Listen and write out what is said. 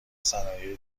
صنایع